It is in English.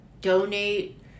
donate